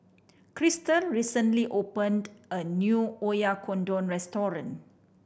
Chrystal recently opened a new Oyakodon Restaurant